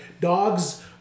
dogs